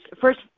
first